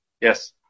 Yes